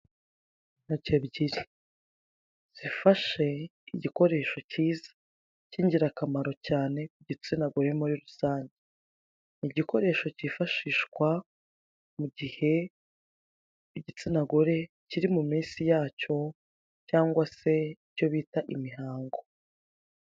Intoki ebyiri zifashe igikoresho kiza k'ingirakamaro cyane ku gitsina gore muri rusange. Igikoresho kifashishwa mu gihe igitsina gore kiri mu minsi yacyo cyangwa se byo bita imihango.